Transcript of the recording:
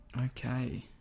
Okay